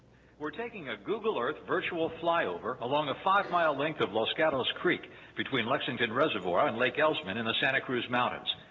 we're taking a google earth virtual flyover along a five mile length of los gatos creek between lexington reservoir and lake elsman in the santa cruz mountains.